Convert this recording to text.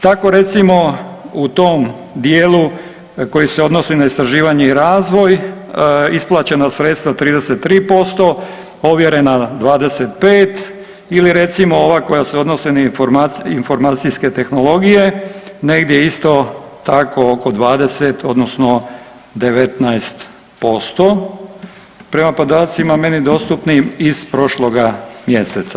Tako recimo u tom dijelu koji se odnosi na istraživanje i razvoj, isplaćena sredstva 33%, ovjerena 25 ili recimo ova koja se odnose na informacijske tehnologije negdje isto tako oko 20 odnosno 19% prema podacima meni dostupnim iz prošloga mjeseca.